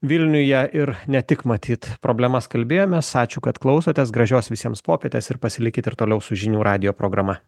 vilniuje ir ne tik matyt problemas kalbėjomės ačiū kad klausotės gražios visiems popietės ir pasilikit ir toliau su žinių radijo programa